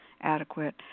adequate